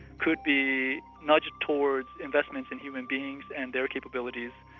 could be nudged towards investment in human beings and their capabilities,